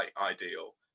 ideal